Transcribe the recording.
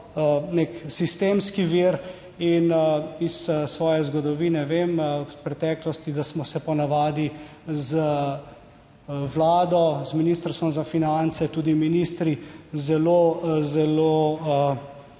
nek sistemski vir. In iz svoje zgodovine vem, v preteklosti, da smo se po navadi z vlado z Ministrstvom za finance tudi ministri zelo, zelo